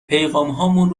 پیغامهامون